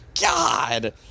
God